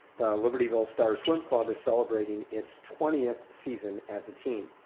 libertyville stars swim club is celebrating its twentieth season as a team.